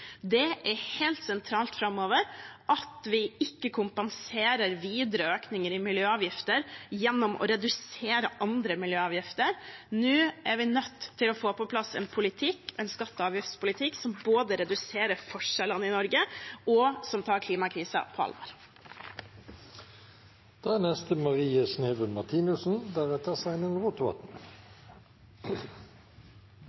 Det er helt sentralt framover at vi ikke kompenserer videre økninger i miljøavgifter gjennom å redusere andre miljøavgifter. Nå er vi nødt til å få på plass en skatte- og avgiftspolitikk som både reduserer forskjellene i Norge og tar klimakrisen på alvor. Jeg er